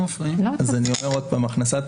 אני אומר שוב שהכנסת